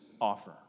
offer